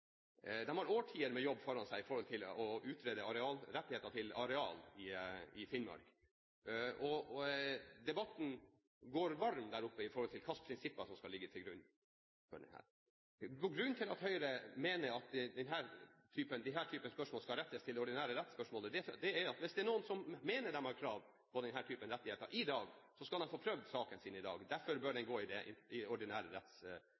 har årtier med jobb foran seg for å utrede rettigheter til areal i Finnmark. Debatten går varm der oppe om hva slags prinsipper som skal ligge til grunn for dette. Grunnen til at Høyre mener at slike spørsmål skal rettes til det ordinære rettsvesenet, er at hvis det er noen som mener at de har krav på slike rettigheter i dag, skal man få prøvd saken sin i dag. Derfor bør saken gå i det ordinære